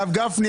בבקשה.